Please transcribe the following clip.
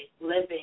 living